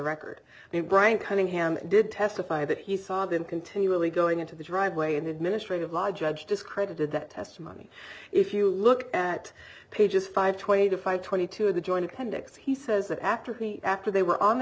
record brian cunningham did testify that he saw them continually going into the driveway an administrative law judge discredited that testimony if you look at pages five twenty to five twenty two of the joint appendix he says that after after they were on the